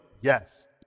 Yes